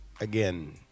Again